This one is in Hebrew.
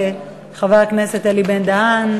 חבר הכנסת אלי בן-דהן,